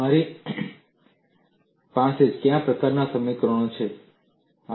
તમારી પાસે કયા પ્રકારનાં સમીકરણો છે